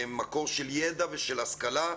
הם מקום של ידע ושל השכלה,